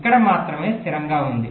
ఇక్కడ మాత్రమే స్థిరంగా ఉంది